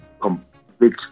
complete